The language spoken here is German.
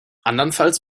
andernfalls